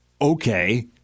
okay